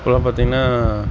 இப்போல்லாம் பார்த்தீங்கன்னா